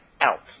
out